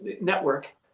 Network